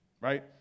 right